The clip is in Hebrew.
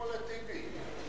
תן לו את אותו זמן כמו לטיבי.